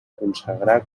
consagrar